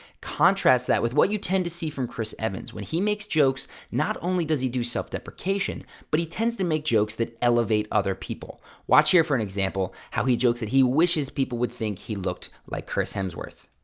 contrast that with what you tend to see from chris evans. when he makes jokes, not only does he do self-deprecation, but he tends to make jokes that elevate other people. watch here for an example how he jokes that he wishes people would think he looked like chris hemsworth.